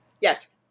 Yes